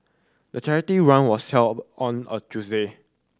the charity run was held on a Tuesday